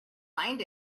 find